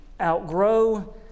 outgrow